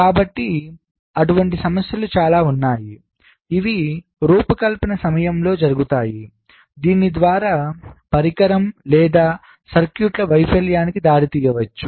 కాబట్టి అటువంటి సమస్యలు చాలా ఉన్నాయి ఇవి రూపకల్పన సమయంలో జరుగుతాయి దీని ద్వారా పరికరం లేదా సర్క్యూట్ల వైఫల్యానికి దారితీయవచ్చు